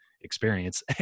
experience